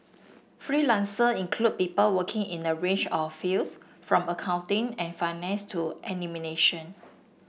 freelancer include people working in a range of fields from accounting and finance to